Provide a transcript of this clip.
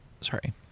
sorry